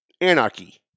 anarchy